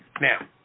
Now